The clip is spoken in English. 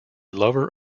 lover